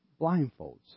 blindfolds